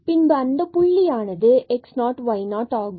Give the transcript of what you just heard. பின்பு அந்த புள்ளியானது x0y0 ஆகும்